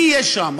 מי יהיה שם?